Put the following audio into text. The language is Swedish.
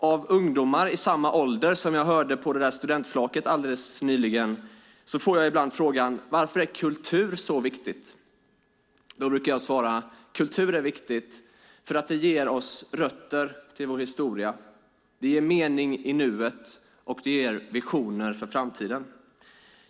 Av ungdomar i samma ålder som de som jag hörde på studentflaket alldeles nyligen får jag ibland frågan: Varför är kultur så viktigt? Då brukar jag svara: Kultur är viktigt för att det ger oss rötter till vår historia, mening i nuet och visioner för framtiden.